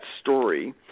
story